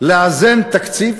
לאזן תקציב?